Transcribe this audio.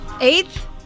Eighth